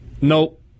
Nope